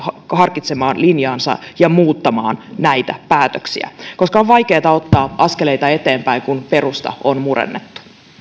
harkitsemaan linjaansa ja muuttamaan näitä päätöksiä koska on vaikeata ottaa askeleita eteenpäin kun perusta on murennettu